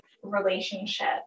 relationship